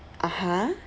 (uh huh)